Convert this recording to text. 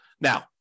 Now